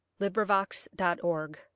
LibriVox.org